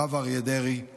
הרב אריה דרעי,